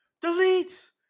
Delete